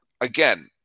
Again